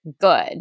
good